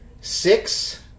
Six